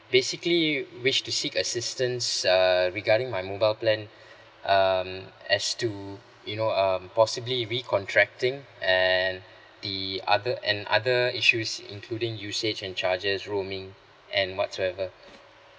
basically wish to seek assistance err regarding my mobile plan um as to you know um possibly re contracting and the other and other issues including usage and charges roaming and whatsoever